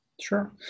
Sure